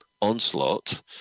onslaught